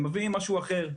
הם מביאים משהו אחר.